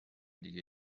دیگه